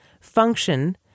Function